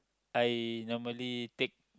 I normally take